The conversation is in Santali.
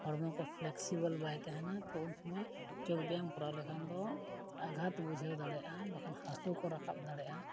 ᱦᱚᱲᱢᱚ ᱠᱚ ᱯᱷᱞᱮᱠᱥᱤᱵᱚᱞ ᱵᱟᱭ ᱛᱟᱦᱮᱱᱟ ᱛᱚ ᱩᱱᱥᱩᱢᱟᱹᱭ ᱡᱳᱜᱽ ᱵᱮᱭᱟᱢ ᱠᱚᱨᱟᱣ ᱞᱮᱠᱷᱟᱱ ᱫᱚ ᱟᱜᱷᱟᱛ ᱵᱩᱡᱷᱟᱹᱣ ᱫᱟᱲᱮᱭᱟᱜᱼᱟ ᱵᱟᱠᱷᱟᱱ ᱦᱟᱥᱩ ᱠᱚ ᱨᱟᱠᱟᱵ ᱫᱟᱲᱮᱭᱟᱜᱼᱟ